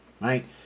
Right